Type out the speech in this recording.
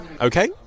Okay